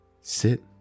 sit